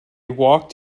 walked